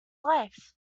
life